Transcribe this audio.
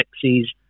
sexes